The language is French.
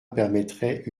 permettrait